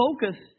focus